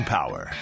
Power